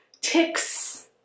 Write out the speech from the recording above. ticks